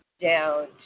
down